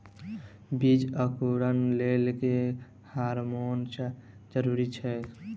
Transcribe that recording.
बीज अंकुरण लेल केँ हार्मोन जरूरी छै?